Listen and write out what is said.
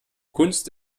kunst